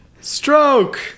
Stroke